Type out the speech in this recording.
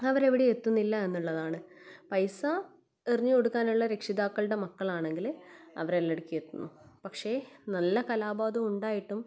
അവർ എവിടേം എത്തുന്നില്ല എന്നൂള്ളതാണ് പൈസ എറിഞ്ഞു കൊടുക്കാനുള്ള രക്ഷിതാക്കൾടെ മക്കളാണെങ്കിൽ അവരെല്ലാടുക്കിയെത്തുന്നു പക്ഷേ നല്ല കലാബോധം ഉണ്ടായിട്ടും